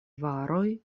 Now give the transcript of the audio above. varoj